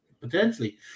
potentially